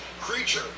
creature